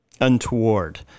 untoward